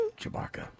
Chewbacca